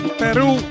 peru